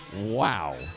Wow